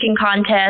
Contest